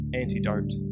antidote